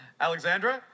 alexandra